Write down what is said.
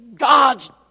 God's